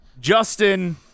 Justin